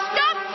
Stop